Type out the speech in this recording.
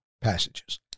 passages